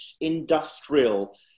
Industrial